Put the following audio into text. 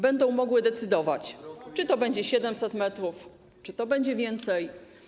będą mogli decydować, czy to będzie 700 m czy to będzie więcej.